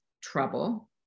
trouble